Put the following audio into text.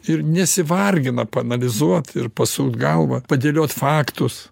ir nesivargina paanalizuot ir pasukt galvą padėliot faktus